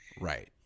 Right